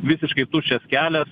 visiškai tuščias kelias